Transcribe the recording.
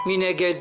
מי נגד,